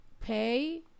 pay